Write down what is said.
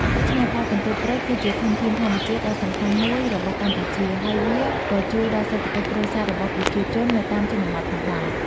ដូច្នេះ ផ្លែកន្ទួតព្រៃគឺជាធនធានធម្មជាតិដ៏សំខាន់មួយរបស់កម្ពុជា ហើយវាក៏ជួយដល់សេដ្ឋកិច្ចគ្រួសាររបស់ប្រជាជននៅតាមជនបទផងដែរ។